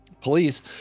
police